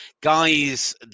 guys